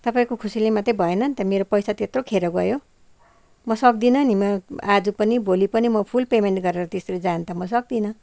तपाईँको खुसीले मात्रै भएन नि त मेरो पैसा त्यत्रो खेर गयो म सक्दिन नि म आज पनि भोलि पनि म फुल पेमेन्ट गरेर त्यसरी जान त म सक्दिन